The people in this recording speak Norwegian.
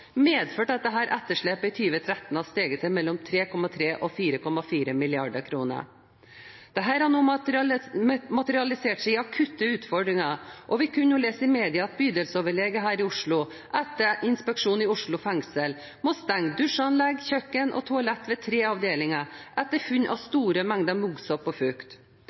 medførte at dette etterslepet i 2013 hadde steget til mellom 3,3 mrd. kr og 4,4 mrd. kr. Dette har nå materialisert seg i akutte utfordringer, og vi kunne nå lese i media at en bydelsoverlege her i Oslo, etter inspeksjon i Oslo fengsel, må stenge dusjanlegg, kjøkken og toaletter ved tre avdelinger etter funn av store mengder muggsopp og fukt.